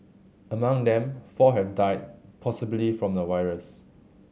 among them four have died possibly from the virus